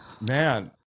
Man